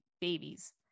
babies